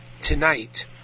tonight